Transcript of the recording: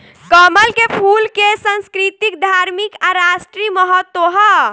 कमल के फूल के संस्कृतिक, धार्मिक आ राष्ट्रीय महत्व ह